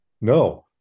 no